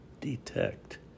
detect